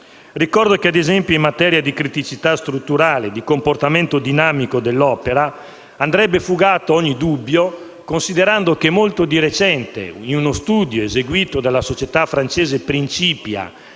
Ricordo - ad esempio - che, in materia di criticità strutturale e di comportamento dinamico dell'opera, andrebbe fugato ogni dubbio, considerando che molto di recente, in uno studio eseguito dalla società francese Principia